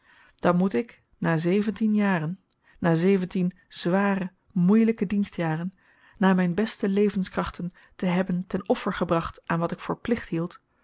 dan moet ik na zeventien jaren na zeventien zware moeielyke dienstjaren na myn beste levenskrachten te hebben ten offer gebracht aan wat ik voor plicht hield